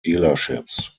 dealerships